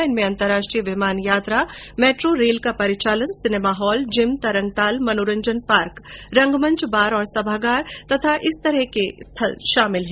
इनमें अंतर्राष्ट्रीय विमान यात्रा मेट्रो रेल का परिचालन सिनेमा हाँल जिम तरणताल मनोरंजन पार्क रंगमंच बार और सभागार तथा अन्य इसी तरह के स्थल शामिल हैं